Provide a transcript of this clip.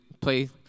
play